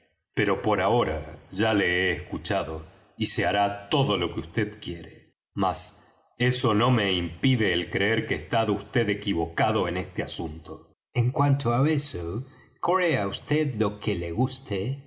pero por ahora ya le he escuchado y se hará todo lo que vd quiere mas eso no me impide el creer que está vd equivocado en este asunto en cuanto á eso crea vd lo que guste